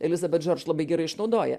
elizabet džorž labai gerai išnaudoja